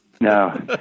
No